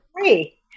three